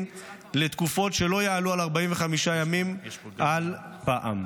לתקופות שלא יעלו על 45 ימים על פעם.